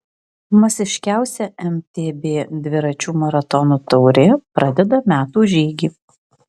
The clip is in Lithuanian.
masiškiausia mtb dviračių maratonų taurė pradeda metų žygį